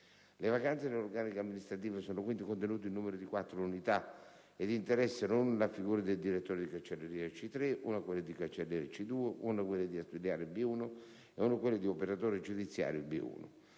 Le vacanze nell'organico amministrativo sono, quindi, contenute in numero di quattro unità ed interessano una la figura del direttore di cancelleria C3, una quella di cancelliere C2, una quella di ausiliario B1 e una quella di operatore giudiziario B1.